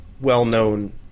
Well-known